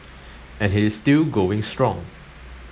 and he is still going strong